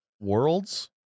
worlds